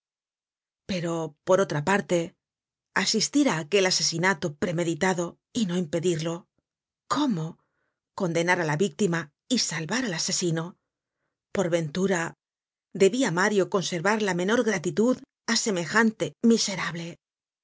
pero por otra parte asistir a aquel asesinato premeditado y no impedirlo cómo condenar á la víctima y salvar al asesino por ventura debia mario conservar la menor gratitud á semejante miserable